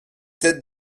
têtes